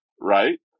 right